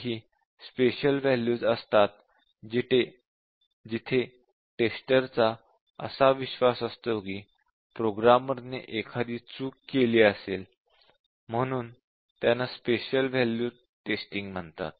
काही special values असतात जिथे टेस्टर चा असा विश्वास असतो की प्रोग्रामरने एखादी चूक केली असेल म्हणून त्याला स्पेशल वॅल्यू टेस्टिंग म्हणतात